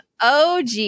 OG